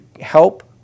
help